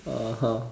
(uh huh)